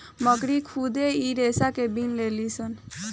मकड़ी खुद इ रेसा के बिन लेलीसन